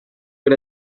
era